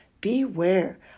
Beware